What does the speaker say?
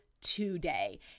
today